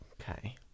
Okay